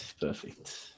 Perfect